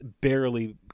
barely